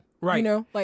Right